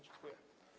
Dziękuję.